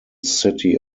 city